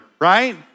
right